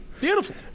Beautiful